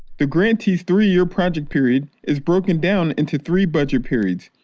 the grantees three year project period is broken down into three budget periods.